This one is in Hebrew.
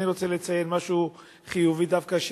אני רוצה לציין משהו חיובי דווקא.